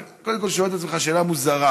אתה קודם כול שואל את עצמך שאלה מוזרה,